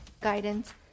guidance